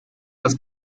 las